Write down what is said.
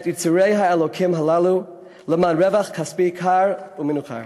את יצורי האלוקים הללו למען רווח כספי קר ומנוכר.